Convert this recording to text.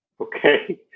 Okay